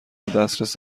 دسترس